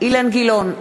אילן גילאון,